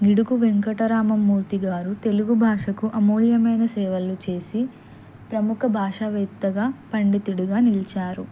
గిడుగు వెంకటరామ మూర్తి గారు తెలుగు భాషకు అమూల్యమైన సేవలు చేసి ప్రముఖ భాషావేత్తగా పండితుడుగా నిలిచారు